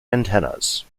antennas